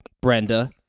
Brenda